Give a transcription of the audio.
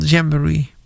Jamboree